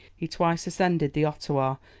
he twice ascended the ottawa,